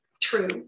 true